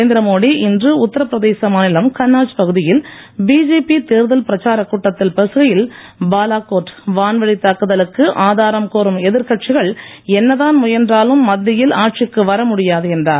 நரேந்திர மோடி இன்று உத்தரபிரதேச மாநிலம் கன்னாஜ் பகுதியில் பிஜேபி தேர்தல் பிரச்சாரக் கூட்டத்தில் பேசுகையில் பாலாகோட் வான்வழி தாக்குதலுக்கு ஆதாரம் கோரும் எதிர்கட்சிகள் என்ன தான் முயன்றாலும் மத்தியில் ஆட்சிக்கு வர முடியாது என்றார்